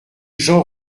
jean